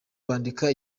bandika